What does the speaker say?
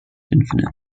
infinite